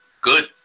good